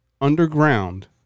underground